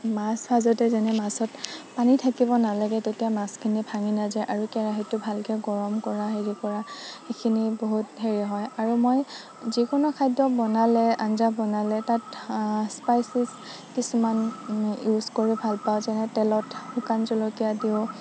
মাছ ভাজোতে যেনে মাছত পানী থাকিব নেলাগে তেতিয়া মাছখিনি ভাঙি নেযায় আৰু কেৰাহীটো ভালকে গৰম কৰা হেৰি কৰা এইখিনি বহুত হেৰি হয় আৰু মই যিকোনো খাদ্য বনালে আঞ্জা বনালে তাত স্পাইছেচ কিছুমান ইউজ কৰো ভালপাওঁ যেনে তেলত শুকান জলকীয়া দিওঁ